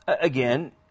again